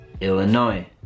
Illinois